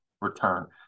return